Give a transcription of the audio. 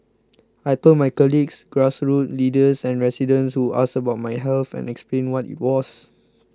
I told my colleagues grassroots leaders and residents who asked about my health and explained what it was